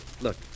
Look